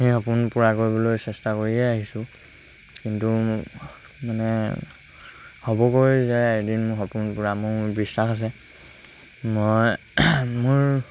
সেই সপোন পূৰা কৰিবলৈ চেষ্টা কৰিয়ে আহিছোঁ কিন্তু মানে হ'বগৈ যে এদিন সপোন পূৰা মোৰ বিশ্বাস আছে মই মোৰ